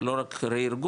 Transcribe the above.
זה לא רק רה-ארגון,